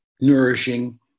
nourishing